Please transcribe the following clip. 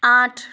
আঠ